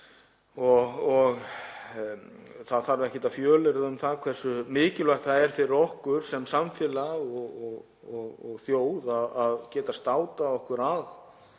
og það þarf ekkert að fjölyrða um það hversu mikilvægt það er fyrir okkur sem samfélag og þjóð að geta státað okkur af